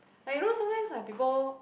like you know sometimes like people